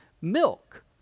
milk